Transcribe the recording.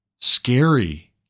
scary